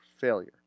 failure